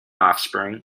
offspring